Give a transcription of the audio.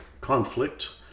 conflict